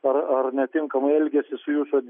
ar ar netinkamai elgėsi su jūsų